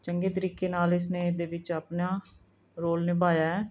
ਚੰਗੇ ਤਰੀਕੇ ਨਾਲ ਇਸ ਨੇ ਇਹਦੇ ਵਿੱਚ ਆਪਣਾ ਰੋਲ ਨਿਭਾਇਆ ਹੈ